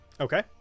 Okay